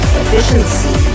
efficiency